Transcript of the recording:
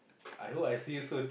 I hope I see you soon